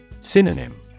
Synonym